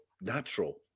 natural